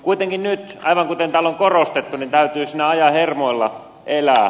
kuitenkin nyt aivan kuten täällä on korostettu täytyy siinä ajan hermolla elää